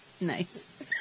Nice